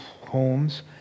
homes